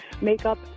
makeup